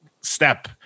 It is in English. step